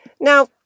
Now